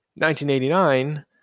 1989